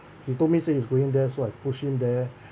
he told me saying he's going there so I pushed him there